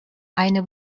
eine